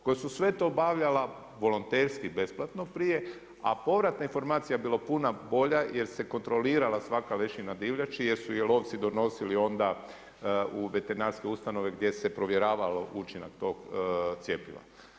Koja su sve to obavljala volonterski, besplatno prije, a povratna informacija je bila puno bolja, jer se kontrolirala svaka … divljači, jer su ju lovci donosili onda u veterinarske ustanove gdje se provjeravalo učinak tog cjepiva.